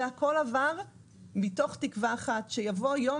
והכל עבר מתוך תקווה אחת שיבוא יום